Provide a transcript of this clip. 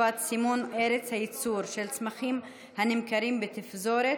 חובת סימון ארץ הייצור של צמחים הנמכרים בתפזורת),